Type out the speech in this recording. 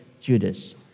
Judas